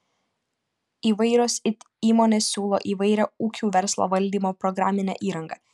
įvairios it įmonės siūlo įvairią ūkių verslo valdymo programinę įrangą